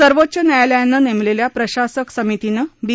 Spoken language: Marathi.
सर्वोच्च न्यायालयानं नेमलेल्या प्रशासक समितीनं बी